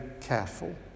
careful